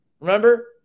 Remember